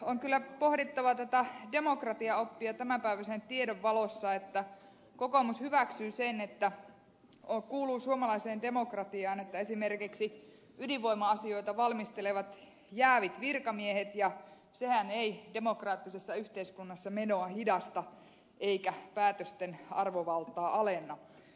on kyllä pohdittava tätä demokratiaoppia tämänpäiväisen tiedon valossa että kokoomus hyväksyy sen että kuuluu suomalaiseen demokratiaan että esimerkiksi ydinvoima asioita valmistelevat jäävit virkamiehet ja sehän ei demokraattisessa yhteiskunnassa menoa hidasta eikä päätösten arvovaltaa alenna